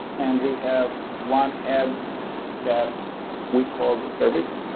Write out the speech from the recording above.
and we have one head that we call the service,